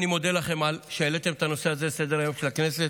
אני מודה לכם על שהעליתם את הנושא הזה לסדר-היום של הכנסת.